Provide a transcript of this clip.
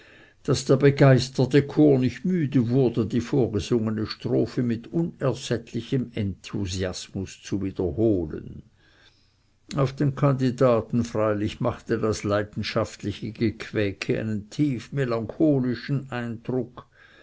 daß der begeisterte chor nicht müde wurde die vorgesungene strophe mit unersättlichem enthusiasmus zu wiederholen auf den kandidaten freilich machte das leidenschaftliche gequäke einen tief melancholischen eindruck